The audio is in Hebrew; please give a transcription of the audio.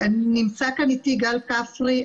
נמצא כאן איתי גל כפרי.